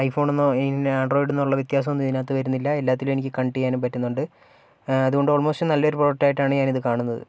ഐഫോണെന്നോ ഇന്ന ആൻഡ്രോയിഡിന്നോ വ്യത്യാസൊന്നും ഇതിനകത്ത് വരുന്നില്ല എല്ലാത്തിലും എനിക്ക് കണക്ട് ചെയ്യാനും പറ്റുന്നുണ്ട് അതുകൊണ്ട് ഓൾമോസ്റ്റ് നല്ല ഒരു പ്രോഡക്റ്റായിട്ടാണ് ഞാനിത് കാണുന്നത്